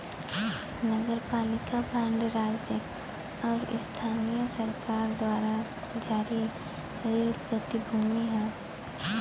नगरपालिका बांड राज्य आउर स्थानीय सरकार द्वारा जारी ऋण प्रतिभूति हौ